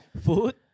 food